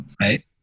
Right